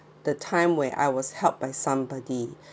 the time where I was helped by somebody